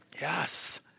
Yes